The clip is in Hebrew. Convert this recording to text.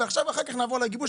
אחר כך נעבור לגיבוש,